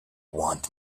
want